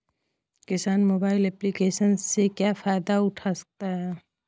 किसान mobile application से क्या फायदा उठा सकता है?